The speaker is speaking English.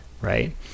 right